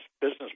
business